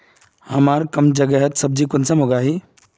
हमार कम जगहत सब्जी कुंसम उगाही?